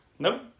Nope